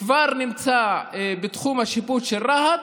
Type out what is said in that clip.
כבר נמצא בתחום השיפוט של רהט,